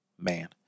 man